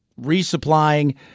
resupplying